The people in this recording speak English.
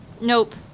nope